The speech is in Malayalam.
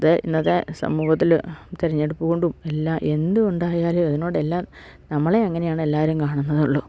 അത് ഇന്നത്തെ സമൂഹത്തില് തെരഞ്ഞെടുപ്പ് കൊണ്ടും എല്ലാം എന്തും ഉണ്ടായാലും അതിനോട് എല്ലാം നമ്മളെ അങ്ങനെയാണ് എല്ലാവരും കാണുന്നതെന്നേ ഉള്ളു